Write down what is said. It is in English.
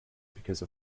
because